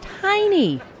tiny